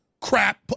crap